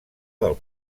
del